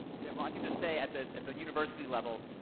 yeah, well, i can just say at the at the university level,